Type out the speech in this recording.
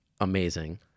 Amazing